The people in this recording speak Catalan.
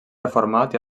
reformat